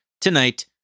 tonight